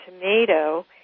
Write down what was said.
tomato